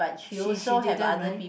she she didn't right